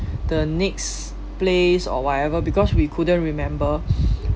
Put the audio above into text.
the next place or whatever because we couldn't remember